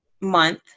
month